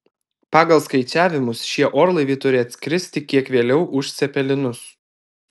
pagal skaičiavimus šie orlaiviai turi atskristi kiek vėliau už cepelinus